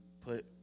put